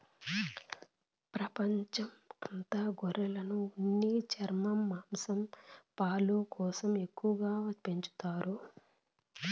ప్రపంచం అంత గొర్రెలను ఉన్ని, చర్మం, మాంసం, పాలు కోసం ఎక్కువగా పెంచుతారు